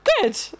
good